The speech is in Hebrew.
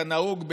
כנהוג,